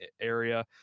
area